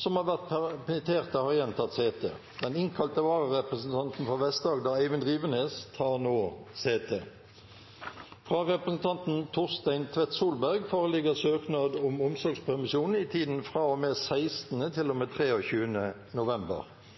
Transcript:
som har vært permittert, har igjen tatt sete. Den innkalte vararepresentanten for Vest-Agder, Eivind Drivenes , tar nå sete. Fra representanten Torstein Tvedt Solberg foreligger søknad om omsorgspermisjon i tiden fra og med 16. til og med 23. november.